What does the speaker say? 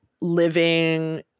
living